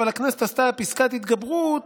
אבל הכנסת עשתה פסקת התגברות,